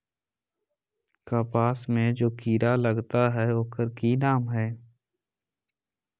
कपास में जे किरा लागत है ओकर कि नाम है?